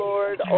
Lord